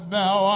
now